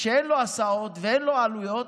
כשאין לו הסעות ואין לו עלויות?